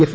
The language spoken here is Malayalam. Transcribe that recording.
എഫ്